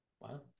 wow